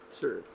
Sure